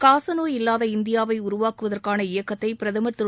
காநோய் இல்லாத இந்தியாவை உருவாக்குவதற்கான இயக்கத்தை பிரதம் திரு